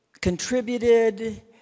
contributed